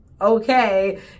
Okay